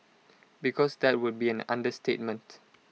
because that would be an understatement